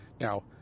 Now